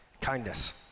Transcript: kindness